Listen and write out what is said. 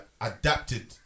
adapted